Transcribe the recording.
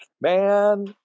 man